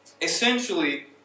Essentially